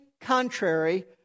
contrary